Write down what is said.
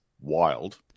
wild